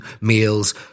meals